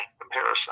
comparison